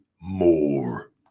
more